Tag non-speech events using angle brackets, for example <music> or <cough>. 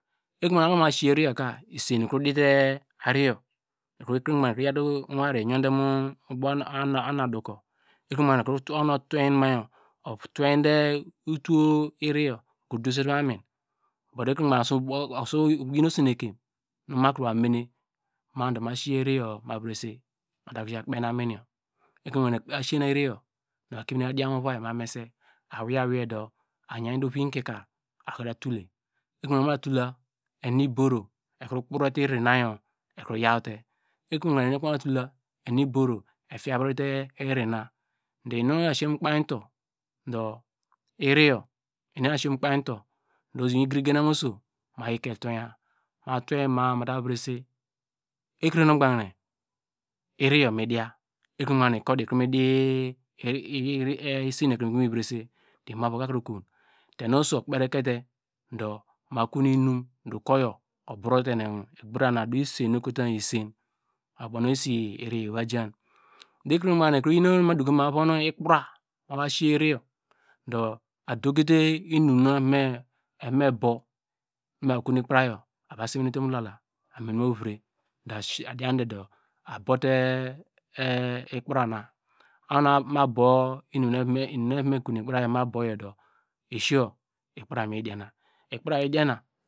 Ekre nu gbanke okonu ma siye iri yorka isen ikro dite ariyo ikro yorte oyor ari iyorde mu ubow unu aduko ekre nu gbanke okonu utwe mayor utuwe de utuwo iri yor udovesete mamin but ekrenu ogban ke ako asu vona osenekem nu. akro yorw seyi eri yor ma kumin dian mu ovai ma mese awei awei awei do ayelde oviw ki kar akro ta tule oho mata tula enu iboro ekro kprote iri nu ekriyawte ekrenu ogbanu ohi meta tulq enu iboro efa- a vrite iri na inu siye mu okpei utu do inu asiye mu ukpei utu miyike tuwe. a mate virese ekre ogbanke miyor midiya ekra nu ogbanke ikodi ikro kon tenu oso kperle te du ma konu inum teyo abiye nu igbara nu adu isen ekotoma mu isen oyo ubo nu esi eri ivajan do ekre nu ogbanke biyin okon nu medoko mu evon ikpra eva siye iri yor do adukite inum nu evo mebo ma va kon ikprayo ma amin mu vre ava tote mu ilala do diande do a bote ikpra <hesitation> maboyo do esiyo ikpra mudiana ikpra iyi diana.